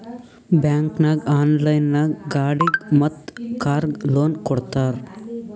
bank ನಾಗ್ online ನಾಗ್ ಗಾಡಿಗ್ ಮತ್ ಕಾರ್ಗ್ ಲೋನ್ ಕೊಡ್ತಾರ್